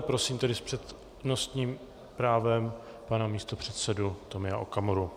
Prosím tedy s přednostním právem pana místopředsedu Tomia Okamuru.